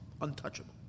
untouchable